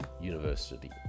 University